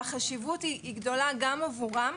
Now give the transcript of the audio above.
החשיבות היא גדולה גם עבורם,